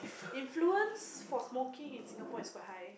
influence for smoking in Singapore is quite high